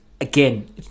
Again